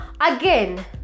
again